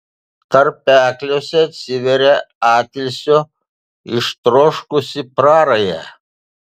tarpekliuose atsiveria atilsio ištroškusi praraja